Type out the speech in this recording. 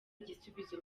igisubizo